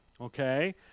okay